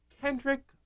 Kendrick